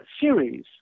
series